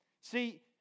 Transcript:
See